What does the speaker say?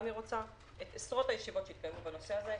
אם היא רוצה את עשרות הישיבות שהתקיימו בנושא הזה,